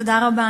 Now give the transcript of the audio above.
תודה רבה.